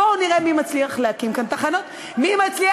בואו נראה מי מצליח להקים כאן תחנות רוח.